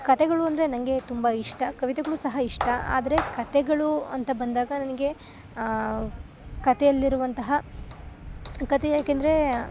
ಕತೆಗಳು ಅಂದರೆ ನಂಗೆ ತುಂಬ ಇಷ್ಟ ಕವಿತೆಗಳು ಸಹ ಇಷ್ಟ ಆದರೆ ಕತೆಗಳು ಅಂತ ಬಂದಾಗ ನನಗೆ ಕತೆಯಲ್ಲಿರುವಂತಹ ಕತೆ ಯಾಕೆಂದರೆ